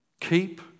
Keep